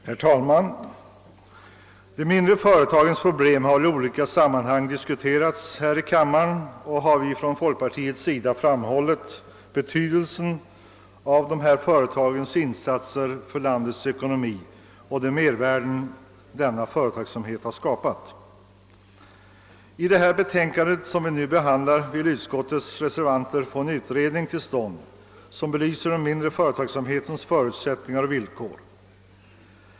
Herr talman! De mindre företagens problem har i olika sammanhang diskuterats i kammaren, och vi från folkpartiet har då framhållit betydelsen av dessa företags insatser för landets ekonomi och de mervärden denna företagsamhet har skapat. I det utlåtande som nu behandlas vill utskottets reservanter få till stånd en utredning, som belyser den mindre företagsamhetens förutsättningar och villkor.